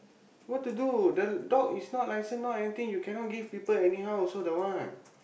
what to do the dog is not licensed not anything you cannot give people anyhow also the one